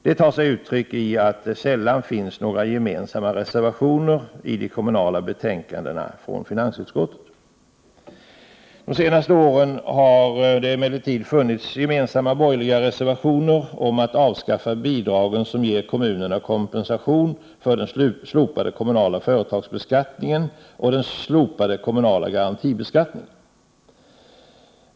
Detta tar sig uttryck i att det sällan finns några gemensamma reservationer i de betänkanden från finansutskottet som gäller de kommunala frågorna. De senaste åren har det emellertid funnits gemensamma borgerliga reservationer om att avskaffa bidragen som ger kommunerna kompensation för den slopade kommunala företagsbeskattningen och den slopade kommunala garantibeskattningen.